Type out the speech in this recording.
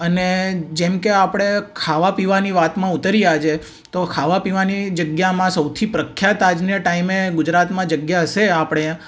અને જેમ કે આપણે ખાવા પીવાની વાતમાં ઉતરીએ આજે તો ખાવા પીવાની જગ્યામાં સૌથી પ્રખ્યાત આજને ટાઈમે ગુજરાતમાં જગ્યા હશે આપણે